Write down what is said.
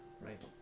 right